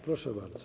Proszę bardzo.